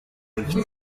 mike